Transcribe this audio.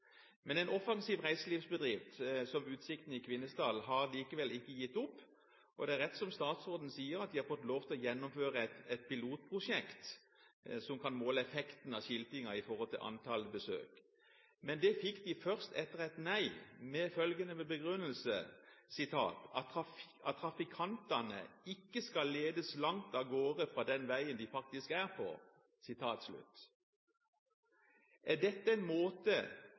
Men en offensiv reiselivsbedrift som Utsikten i Kvinesdal har likevel ikke gitt opp, og det er rett som statsråden sier, at de har fått lov til å gjennomføre et pilotprosjekt som kan måle effekten av skiltingen i forhold til antall besøk. Men det fikk de først etter et nei, med den begrunnelse at trafikantene ikke skal ledes langt av gårde fra den veien de faktisk er på. De fikk et ja hvis de kunne utarbeide en